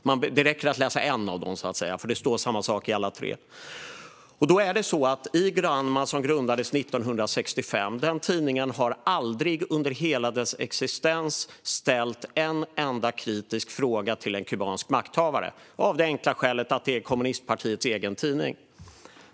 Det räcker att läsa en av dem, så att säga, för det står samma sak i alla tre. Granma, som grundades 1965, har aldrig under hela sin existens ställt en enda kritisk fråga till en kubansk makthavare, av det enkla skälet att det är kommunistpartiets egen tidning.